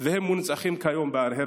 והם מונצחים כיום בהר הרצל.